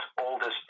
oldest